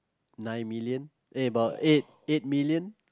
nine million eh about eight eight million